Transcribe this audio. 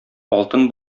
алтын